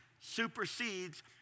supersedes